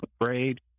afraid